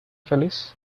feliz